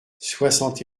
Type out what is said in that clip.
soixante